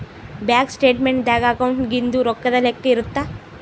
bank statement ದಾಗ ಅಕೌಂಟ್ನಾಗಿಂದು ರೊಕ್ಕದ್ ಲೆಕ್ಕ ಇರುತ್ತ